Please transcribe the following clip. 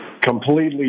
Completely